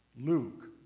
Luke